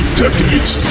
decades